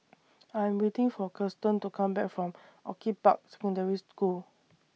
I Am waiting For Kirsten to Come Back from Orchid Park Secondary School